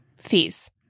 Fees